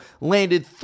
landed